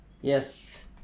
Yes